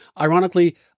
Ironically